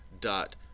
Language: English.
dot